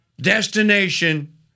Destination